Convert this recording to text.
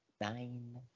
Nine